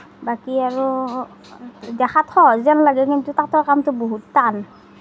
বাকী আৰু দেখাত সহজ যেন লাগে কিন্তু তাঁতৰ কামটো বহুত টান